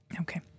Okay